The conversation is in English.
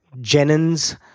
Jennings